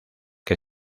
que